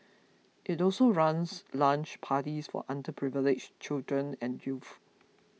it also runs lunch parties for underprivileged children and youth